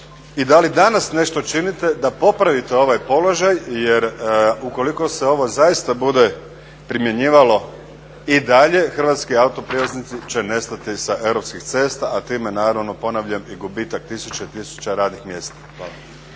i da li danas nešto činite da popravite ovaj položaj. Jer ukoliko se ovo zaista bude primjenjivalo i dalje hrvatski autoprijevoznici će nestati sa europskih cesta, a time naravno ponavljam i gubitak tisuće i tisuća radnih mjesta.